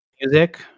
music